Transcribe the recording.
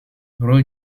rho